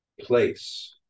place